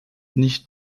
nicht